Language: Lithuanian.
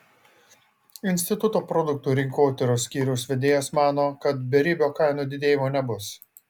instituto produktų rinkotyros skyriaus vedėjas mano kad beribio kainų didėjimo nebus